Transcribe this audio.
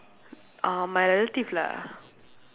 uh my relative lah